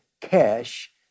cash